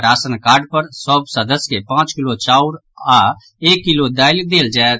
ration card पर सभ सदस्य के पांच किलो चाउर आओर एक किलो दालि देल जायत